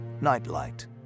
Nightlight